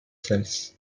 cells